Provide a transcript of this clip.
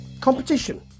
competition